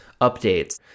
updates